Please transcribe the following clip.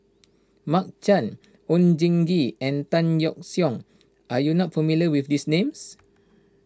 Mark Chan Oon Jin Gee and Tan Yeok Seong are you not familiar with these names